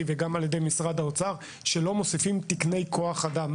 וגם על ידי משרד האוצר שלא מוסיפים תקני כוח אדם,